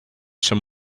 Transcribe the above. some